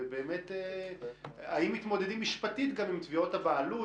ובאמת האם מתמודדים משפטית גם עם תביעות הבעלות?